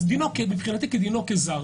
אז מבחינתי דינו כזר.